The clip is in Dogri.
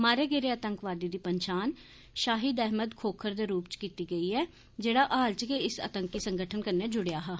मारे गेदे आतंकवादी दी पंछान षाहिद अहमद खोखर दे रूपै च कीती गेई ऐ जेह्ड़ा हाल च गै इस आतंकी संगठन कन्नै जुड़ेआ हा